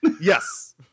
Yes